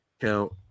count